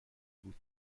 بود